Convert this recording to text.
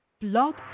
Blog